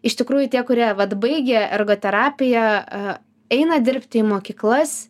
iš tikrųjų tie kurie vat baigė ergoterapiją eina dirbti į mokyklas